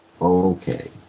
okay